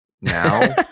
now